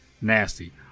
nasty